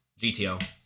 GTO